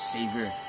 Savior